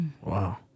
Wow